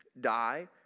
die